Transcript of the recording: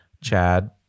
Chad